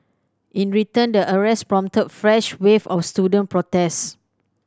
in return the arrests prompted fresh waves of student protests